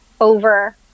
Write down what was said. over